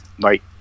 right